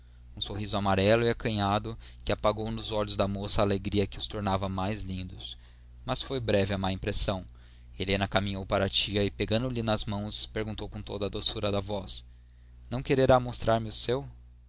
um sorriso amarelo e acanhado que apagou nos olhos da moça a alegria que os tornava mais lindos mas foi breve a má impressão helena caminhou para a tia e pegando-lhe nas mãos perguntou com toda a doçura da voz não quererá mostrar-me o seu